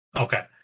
Okay